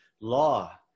law